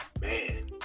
Man